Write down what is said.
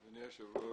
אדוני היושב-ראש,